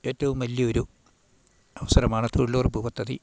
ഏറ്റവും വലിയൊരു അവസരമാണ് തൊഴിലുറപ്പ് പദ്ധതി